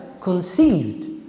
conceived